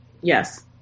Yes